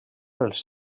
pels